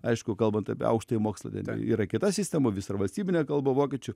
aišku kalbant apie aukštąjį mokslą ten yra kita sistema visur valstybinė kalba vokiečių